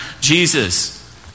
Jesus